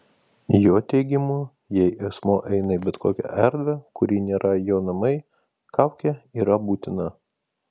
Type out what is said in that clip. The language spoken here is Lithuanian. jo teigimu jei asmuo eina į bet kokią erdvę kuri nėra jo namai kaukė yra būtina